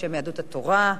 בשם יהדות התורה,